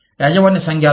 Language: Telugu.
యాజమాన్య సంఘాలు